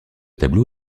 tableau